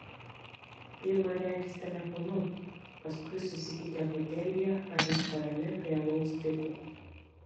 pirma regis telefonu paskui susitikę hotelyje ar restorane prie alaus stiklo